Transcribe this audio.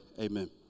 Amen